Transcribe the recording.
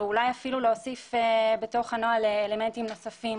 ואולי אפילו להוסיף בתוך הנוהל אלמנטים נוספים